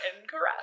incorrect